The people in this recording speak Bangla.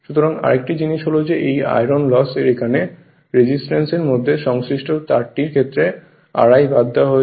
সুতরাং আরেকটি জিনিস হল যে এই আয়রন লস এর কারনে রেজিস্ট্যান্স এর মধ্যে সংশ্লিষ্ট তারটির ক্ষেত্রে Ri বাদ দেওয়া হয়েছে